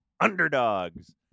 underdogs